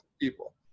people